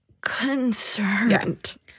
concerned